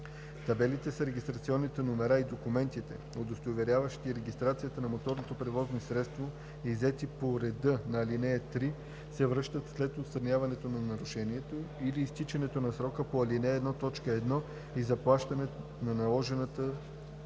Табелите с регистрационните номера и документите, удостоверяващи регистрацията на моторното превозно средство, иззети по реда на ал. 3, се връщат след отстраняването на нарушението или изтичането на срока по ал. 1, т. 1 и заплащане на наложената с